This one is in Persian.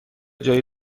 جای